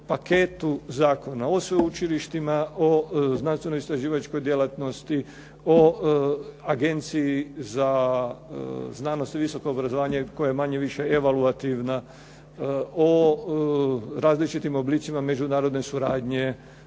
paketu zakona, o sveučilištima, o znanstveno-istraživačkoj djelatnosti, o Agenciji za znanost i visoko obrazovanje koja je manje-više evaluativna, o različitim oblicima međunarodne suradnje